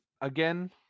again